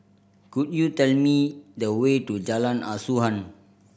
could you tell me the way to Jalan Asuhan